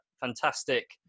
fantastic